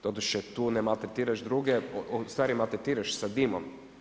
Doduše tu ne malteretiraš druge, ustvari malteretiraš sa dimom.